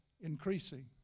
increasing